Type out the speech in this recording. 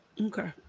Okay